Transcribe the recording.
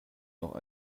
noch